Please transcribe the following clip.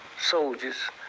soldiers